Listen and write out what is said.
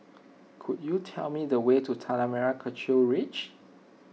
could you tell me the way to Tanah Merah Kechil Ridge